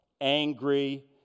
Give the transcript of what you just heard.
angry